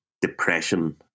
depression